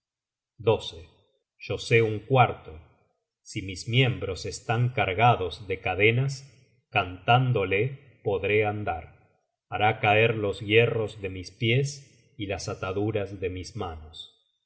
sus astucias yo sé un cuarto si mis miembros están cargados de cadenas cantándole podré andar hará caer los hierros de mis pies y las ataduras de mis manos